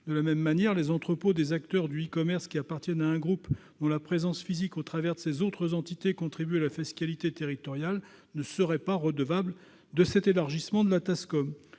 De la même manière, les entrepôts des acteurs du e-commerce qui appartiennent à un groupe dont la présence physique, au travers de ses autres entités, contribue à la fiscalité territoriale ne seraient pas redevables de cet élargissement de la Tascom.